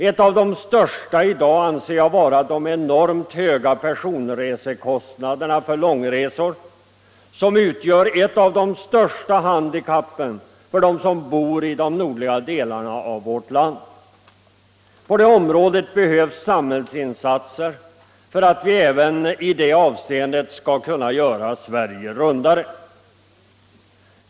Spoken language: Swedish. Ett av de största i dag anser jag vara de enormt höga personresekostnaderna för långresor, som utgör ett av de största handikappen för dem som bor i de nordliga delarna av vårt land. På det området behövs samhällsinsatser för att vi även i det avseendet skall kunna göra Sverige rundare.